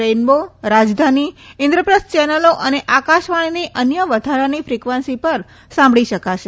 રેઈમ્બો રાજધાની ઈન્દ્રપ્રસ્થ ચેનલો અને આકાશવાણીની અન્ય વધારાની ફ્રકવન્સી પર સાંભળી શકાશે